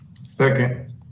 Second